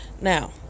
Now